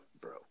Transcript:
bro